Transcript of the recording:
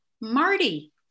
marty